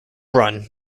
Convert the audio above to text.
run